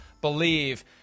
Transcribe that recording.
believe